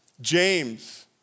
James